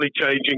changing